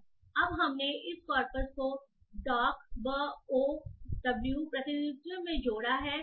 तो अब हमने इस कॉर्पस को डॉक बी ओ डब्लू प्रतिनिधित्व में जोड़ा है